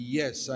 yes